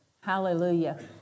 Hallelujah